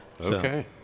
okay